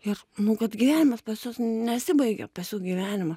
ir nu kad gyvenimas pas juos nesibaigia pas jų gyvenima